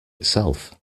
itself